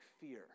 fear